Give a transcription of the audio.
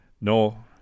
No